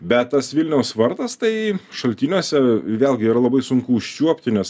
bet tas vilniaus vardas tai šaltiniuose vėlgi yra labai sunku užčiuopti nes